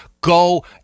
go